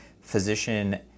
physician